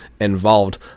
involved